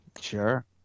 Sure